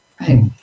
right